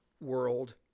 world